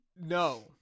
No